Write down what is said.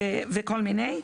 וכל מיני.